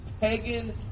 pagan